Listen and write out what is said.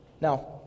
Now